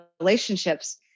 relationships